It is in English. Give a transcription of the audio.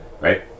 right